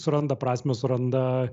suranda prasmę suranda